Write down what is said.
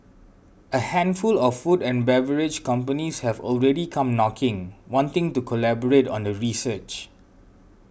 a handful of food and beverage companies have already come knocking wanting to collaborate on the research